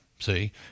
See